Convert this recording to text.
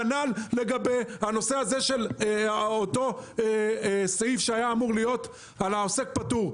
כנ"ל לגבי אותו הסעיף שהיה אמור להיות לגבי עוסק פטור.